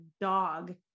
dog